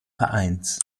vereins